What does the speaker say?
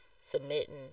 submitting